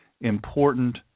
important